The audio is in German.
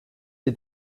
sie